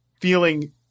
feeling